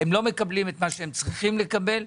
הם לא מקבלים את מה שהם צריכים לקבל,